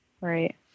Right